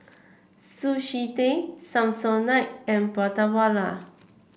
Sushi Tei Samsonite and Prata Wala